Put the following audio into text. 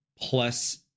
plus